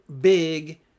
big